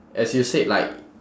as you said like